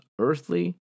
earthly